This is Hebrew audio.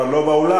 אבל לא באולם.